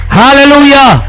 hallelujah